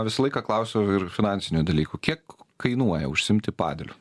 visą laiką klausiu ir finansinių dalykų kiek kainuoja užsiimti padeliu